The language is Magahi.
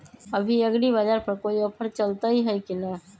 अभी एग्रीबाजार पर कोई ऑफर चलतई हई की न?